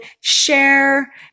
share